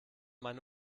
meine